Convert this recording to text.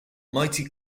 mighty